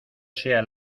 sea